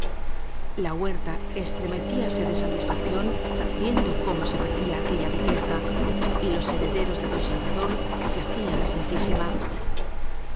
la huerta estremecíase de satisfacción viendo como se perdía aquella riqueza y los herederos de don salvador se hacían la san